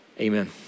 amen